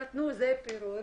נתנו פירורים.